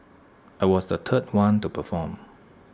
I was the third one to perform